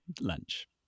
lunch